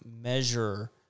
measure